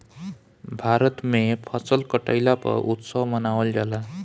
भारत में फसल कटईला पअ उत्सव मनावल जाला